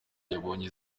yabonye